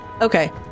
Okay